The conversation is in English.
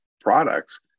products